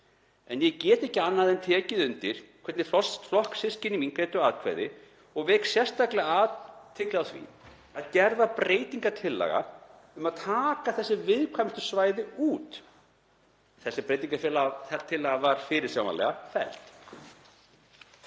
en get ekki annað en tekið undir hvernig flokkssystkini mín greiddu atkvæði og vek sérstaklega athygli á því að gerð var breytingartillaga um að taka þessi viðkvæmustu svæði út. Þessar breytingartillaga var fyrirsjáanlega felld.